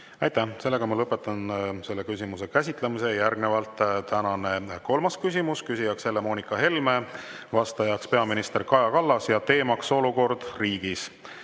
Aitäh! Lõpetan selle küsimuse käsitlemise. Järgnevalt tänane kolmas küsimus. Küsija on Helle-Moonika Helme, vastaja on peaminister Kaja Kallas ja teema on olukord riigis.